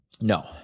No